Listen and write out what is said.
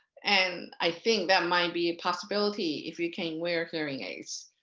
and i think that might be possibility if you can wear hearing aids.